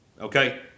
okay